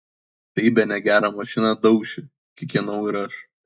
tai bene gerą mašiną dauši kikenau ir aš